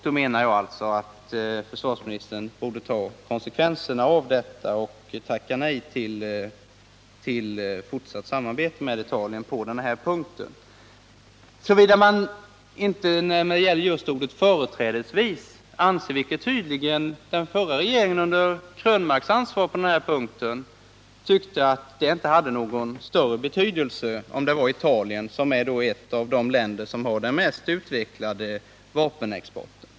Då menar jag att försvarsministern borde ta konsekvenserna av detta och tacka nej till fortsatt samarbete med Italien på den här punkten, såvida regeringen inte just när det gäller ordet ”företrädesvis” anser — vilket tydligen den förra regeringen under Krönmarks ansvar gjorde — att det inte har någon större betydelse om samarbetspartnern är Italien, som är ett av de länder som har den mest utvecklade vapenexporten.